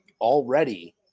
already